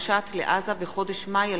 מועדונים וספורטאים שומרי שבת),